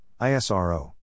ISRO